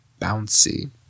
Bouncy